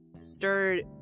stirred